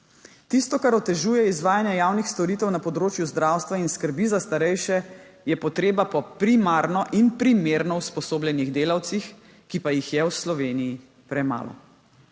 Tisto kar otežuje izvajanje javnih storitev na področju zdravstva in skrbi za starejše, je potreba po primarno in primerno usposobljenih delavcih, ki pa jih je v Sloveniji premalo,